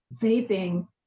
vaping